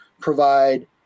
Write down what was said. provide